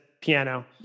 piano